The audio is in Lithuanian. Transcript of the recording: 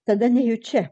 tada nejučia